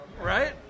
right